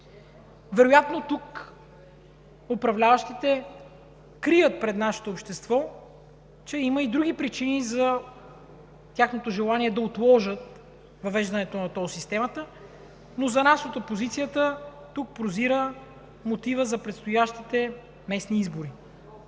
Вероятно тук управляващите крият пред нашето общество, че има и други причини за тяхното желание да отложат въвеждането на тол системата, но за нас от опозицията тук прозира мотивът за предстоящите местни избори.